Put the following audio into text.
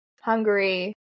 Hungary